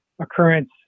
occurrence